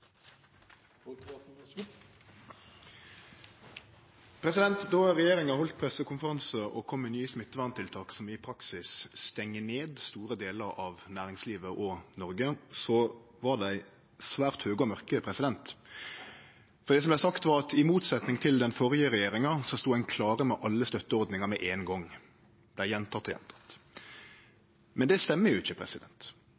Då regjeringa heldt pressekonferanse og kom med nye smitteverntiltak, som i praksis stengjer ned store delar av næringslivet og Noreg, var dei svært høge og mørke. Det som vart sagt, var at i motsetnad til den førre regjeringa stod ein klar med alle støtteordningar med ein gong.